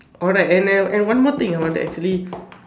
alright and then and one more thing I want to actually